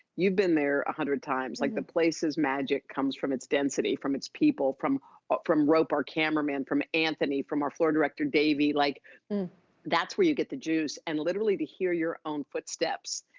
you've been there a hundred times. like the place's magic comes from its density, from its people, from from rope our cameraman, from anthony, from our floor director davey. like that's where you get the juice. and literally, to hear your own footsteps,